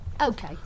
Okay